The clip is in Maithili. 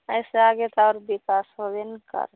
अइसे आगे तऽ आओर विकास होबे ने करतै